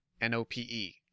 N-O-P-E